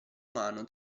mano